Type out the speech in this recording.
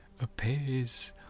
appears